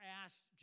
asked